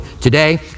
today